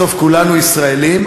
בסוף כולנו ישראלים,